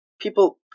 people